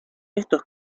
estos